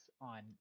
on